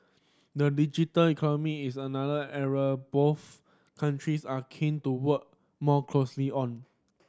the digital economy is another area both countries are keen to work more closely on